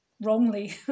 wrongly